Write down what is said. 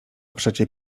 przecie